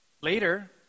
Later